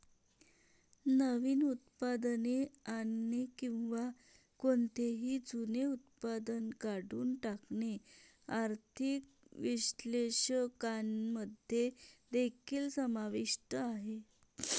नवीन उत्पादने आणणे किंवा कोणतेही जुने उत्पादन काढून टाकणे आर्थिक विश्लेषकांमध्ये देखील समाविष्ट आहे